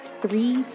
three